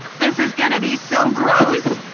this is gonna be so gross!